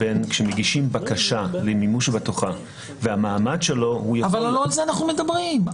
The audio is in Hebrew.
כאשר מגישים בקשה למימוש בטוחה --- אבל לא על זה אנחנו מדברים.